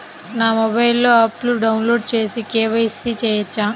నా మొబైల్లో ఆప్ను డౌన్లోడ్ చేసి కే.వై.సి చేయచ్చా?